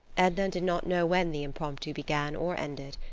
edna did not know when the impromptu began or ended.